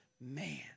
Man